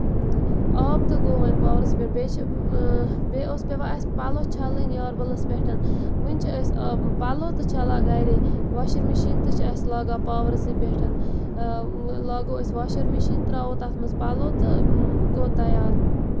آب تہِ گوٚو وۄنۍ پاورَس پٮ۪ٹھ بیٚیہِ چھِ بیٚیہِ اوس پیٚوان اَسہِ پَلو چھَلٕنۍ یاربَلَس پٮ۪ٹھ وۄنۍ چھِ أسۍ آب پَلو تہِ چھَلان گرٕے واشِنگ مِشیٖن تہِ چھِ لاگان پاورَسٕے پٮ۪ٹھ لاگو أسۍ واشَر مِشیٖن تراوو تَتھ منٛز پَلو تہٕ گوٚو تَیار